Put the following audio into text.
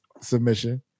submission